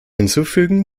hinzufügen